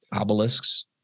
obelisks